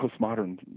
postmodern